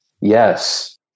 Yes